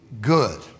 good